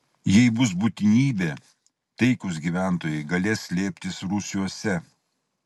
jei bus būtinybė taikūs gyventojai galės slėptis rūsiuose